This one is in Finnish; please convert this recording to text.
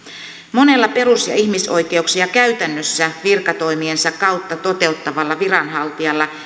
monella perus ja ihmisoikeuksia käytännössä virkatoimiensa kautta toteuttavalla viranhaltijalla